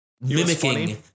Mimicking